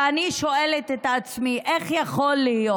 ואני שואלת את עצמי איך יכול להיות,